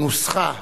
ונוסחה,